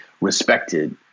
respected